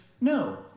No